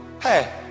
Hey